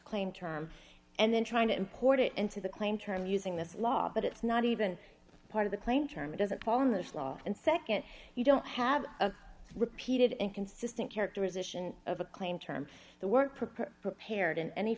claim term and then trying to import it into the claimed term using this law but it's not even part of the claimed term it doesn't fall in this law and nd you don't have a repeated inconsistent characterization of a claim term the work prepared prepared in any